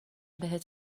بهت